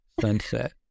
sunset